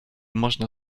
można